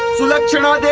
sulakshana